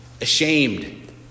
Ashamed